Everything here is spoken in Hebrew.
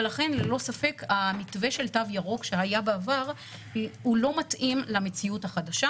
ולכן ללא ספק המתווה של תו ירוק שהיה בעבר לא מתאים למציאות החדשה,